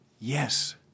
Yes